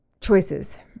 choices